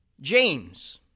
James